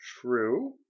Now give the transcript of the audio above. True